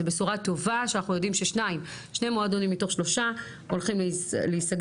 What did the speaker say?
זה בשורה טובה שאנחנו יודעים ששני מועדונים מתוך שלושה הולכים להיסגר.